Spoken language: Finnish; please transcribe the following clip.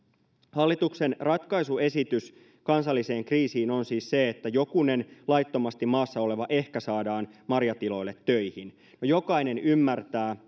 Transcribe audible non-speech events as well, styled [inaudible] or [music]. hallituksen ratkaisuesitys kansalliseen kriisiin on siis se että jokunen laittomasti maassa oleva ehkä saadaan marjatiloille töihin no jokainen ymmärtää [unintelligible]